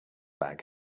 bag